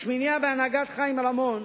לשמינייה, בהנהגת חיים רמון,